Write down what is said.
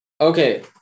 Okay